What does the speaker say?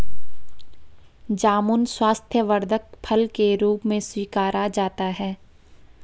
जामुन स्वास्थ्यवर्धक फल के रूप में स्वीकारा जाता है